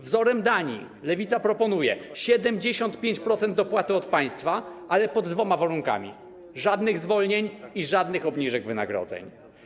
Wzorem Danii Lewica proponuje 75% dopłaty od państwa, ale pod dwoma warunkami: żadnych zwolnień i żadnych obniżek wynagrodzeń.